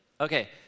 Okay